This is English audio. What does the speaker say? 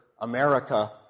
America